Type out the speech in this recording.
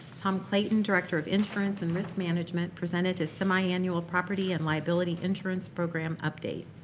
tom clayton, director of insurance and risk management, presented his semi-annual property and liability entrance program update.